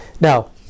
Now